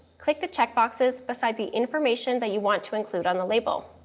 click the check boxes beside the information that you want to include on the label.